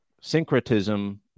Syncretism